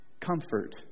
comfort